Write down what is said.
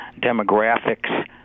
demographics